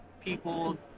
people